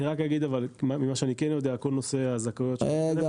אני רק אגיד ממה שאני יודע שכל נושא הזכאויות -- רגע,